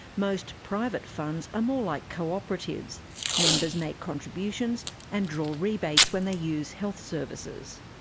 most private funds are more like co-operatives members make contributions and draw rebates when they use health services.